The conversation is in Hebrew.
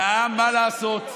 והעם, מה לעשות,